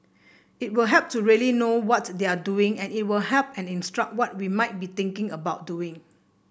it will help to really know what they are doing and it'll help and instruct what we might be thinking about doing